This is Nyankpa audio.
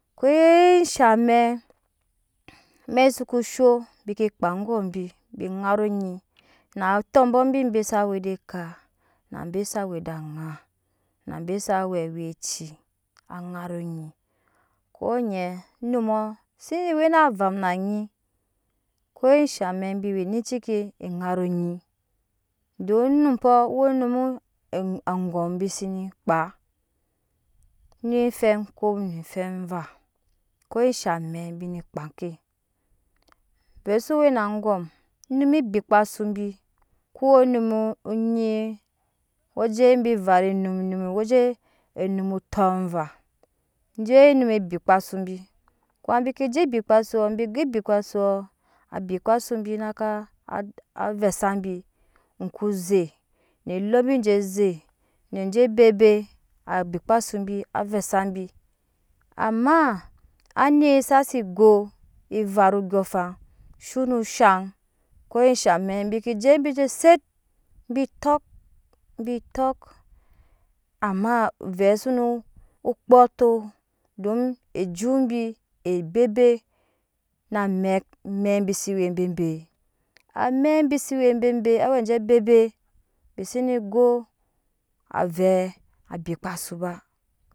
Ke sha mɛ amɛk soko sho bike kpaa gom bibi ŋaro nyi na atɔbɔbii be sa we ede ka nabe sa weede oŋa na sa we awelci aŋaronyi ko nyi anumɔ se ne we ciki ŋaro nyi don onum pɔ woo onum angom bi sene kpaa ne ofɛ kop no ofɛ vaa ko sha mɛ bi ne kpaa ke ovɛ so we na angom onw ebi kpasu bi koowo onum nyi weje bi vavu enum enum we je tɔɔva je we onum bi kpasu bi kuma bi ke eje kpasu abi kpasu bi na vɛsa bi oku ze ne elo bi je ze nije bebel abi kpasu bi avɛ sa bi ama anet sa si go evaru ondyɔɔŋ afan zheno zhaŋ kosha mɛk bike je bi je zet bi tɔk amma ovɛ suno kpoato don ejutbi ebeb na mɛk amɛk bi se we bebe amɛk bi se we bebe awe je bebet bi se ne go avɛ abi kpa su ba